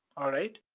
alright.